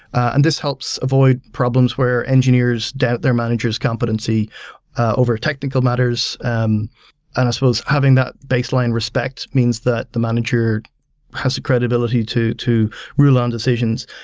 and this helps avoid problems where engineers doubt their manager s competency over technical matters um and as well as having a baseline respect means that the manager has credibility to to rule on decisions.